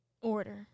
order